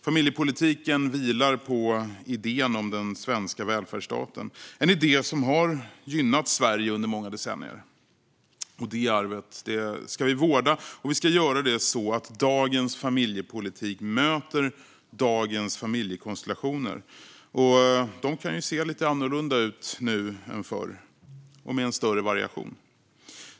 Familjepolitiken vilar på idén om den svenska välfärdsstaten. Det är en idé som har gynnat Sverige under många decennier. Det arvet ska vi vårda, och vi ska göra det så att dagens familjepolitik möter dagens familjekonstellationer som ju kan se lite annorlunda ut nu än förr och ha en större variation.